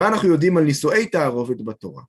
מה אנחנו יודעים על נישואי תערובת בתורה?